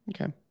Okay